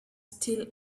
still